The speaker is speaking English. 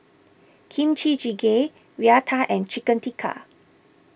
Kimchi Jjigae Raita and Chicken Tikka